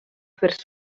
fer